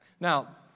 Now